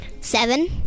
Seven